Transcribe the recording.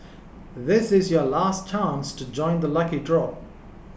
this is your last chance to join the lucky draw